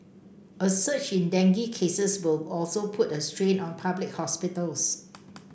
a surge in dengue cases will also put a strain on public hospitals